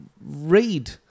read